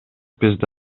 бизде